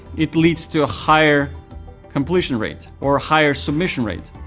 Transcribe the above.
it leads to a higher completion rate or a higher submission rate.